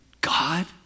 God